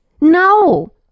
No